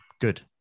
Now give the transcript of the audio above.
good